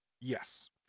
Yes